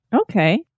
Okay